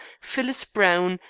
phyllis browne,